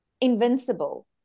invincible